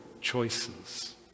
choices